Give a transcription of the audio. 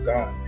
God